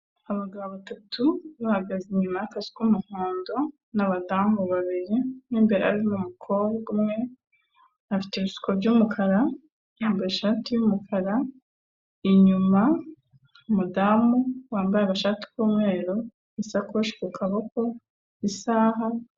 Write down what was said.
Abagabo batatu bahagaze inyuma y'akazu k'umuhondo n'abadamu babiri, mo imbere harimo umukobwa umwe, afite ibisuko by'umukara, yambaye ishati y'umukara, inyuma umudamu wambaye agashati k'umweru, isakoshi ku kaboko, isaha.